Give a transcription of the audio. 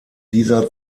dieser